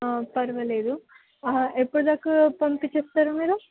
పర్వాలేదు ఎప్పుడు దాకా పంపించేస్తారు మీరు